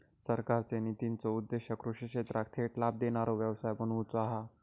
सरकारचे नितींचो उद्देश्य कृषि क्षेत्राक थेट लाभ देणारो व्यवसाय बनवुचा हा